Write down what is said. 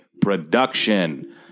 Production